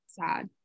sad